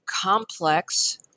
complex